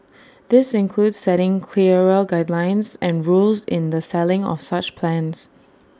this includes setting clearer guidelines and rules in the selling of such plans